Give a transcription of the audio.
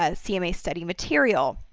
ah cma study material,